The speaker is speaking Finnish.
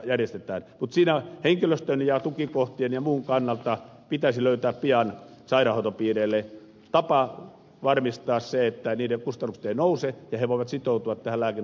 mutta siinä henkilöstön ja tukikohtien ja muun kannalta pitäisi löytää pian sairaanhoitopiireille tapa varmistaa se että niiden kustannukset eivät nouse ja ne voivat sitoutua tähän lääkinnälliseen yhteistyöhön